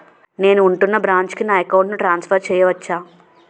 నేను ఉంటున్న బ్రాంచికి నా అకౌంట్ ను ట్రాన్సఫర్ చేయవచ్చా?